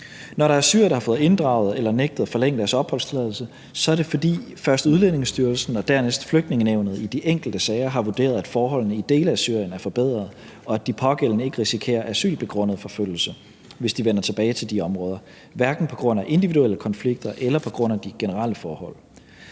Når der er syrere, der har fået inddraget eller nægtet forlængelse af deres opholdstilladelse, er det, fordi først Udlændingestyrelsen og dernæst Flygtningenævnet i de enkelte sager har vurderet, at forholdene i dele af Syrien er forbedret, og at de pågældende ikke risikerer asylbegrundet forfølgelse, hvis de vender tilbage til de områder, hverken på grund af individuelle konflikter eller på grund af de generelle forhold.